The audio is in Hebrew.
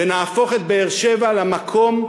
ונהפוך את באר-שבע למקום,